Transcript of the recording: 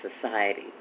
society